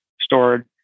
stored